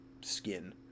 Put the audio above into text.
skin